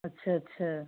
अच्छा अच्छा